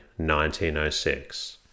1906